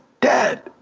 dead